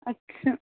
अच्छा